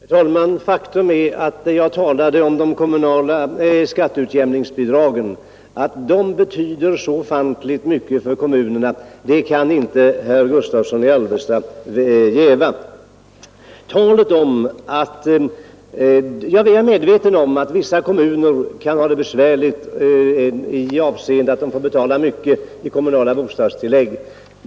Herr talman! Faktum är att jag talade om skatteutjämningsbidragen. Att de betyder ofantligt mycket för kommunerna kan inte herr Gustavsson i Alvesta jäva. Jag är medveten om att vissa kommuner kan ha det besvärligt så till vida att de får betala mycket i kommunala bostadstillägg.